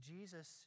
Jesus